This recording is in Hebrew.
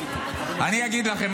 אני אגיד לכם.